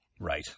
Right